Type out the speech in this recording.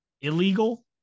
Illegal